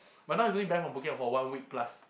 but now he's only ban from booking out for one week plus